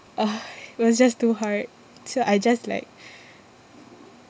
was just too hard so I just like